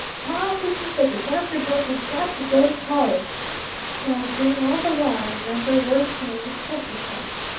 pa! teacher says that one of your boys has got to go to college and i was grinning all the while, i remember, worse than any chessy cat.